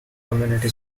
community